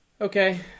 okay